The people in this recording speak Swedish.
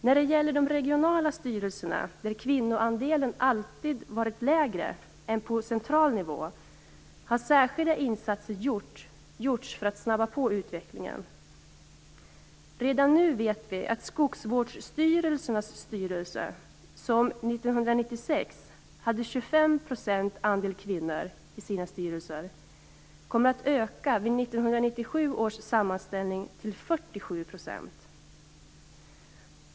När det gäller de regionala styrelserna, där kvinnoandelen alltid varit lägre än på central nivå, har särskilda insatser gjorts för att snabba på utvecklingen. Redan nu vet vi att andelen kvinnor i skogsvårdsstyrelsernas styrelser som 1996 var 25 % kommer att öka vid 1997 års sammanställning till 47 %.